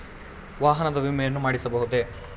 ವಾಹನದ ವಿಮೆಯನ್ನು ಮಾಡಿಸಬಹುದೇ?